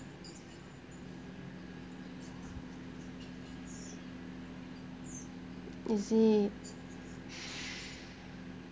is it